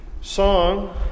Song